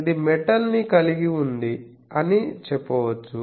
ఇది మెటల్ ని కలిగి ఉంది అని చెప్పవచ్చు